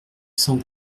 cent